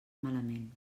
malament